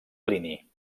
plini